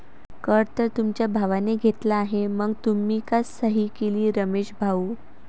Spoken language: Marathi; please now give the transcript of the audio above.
कर तर तुमच्या भावाने घेतला आहे मग तुम्ही का सही केली रमेश भाऊ?